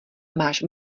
máš